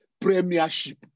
premiership